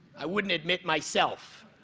i wouldn't admit myself.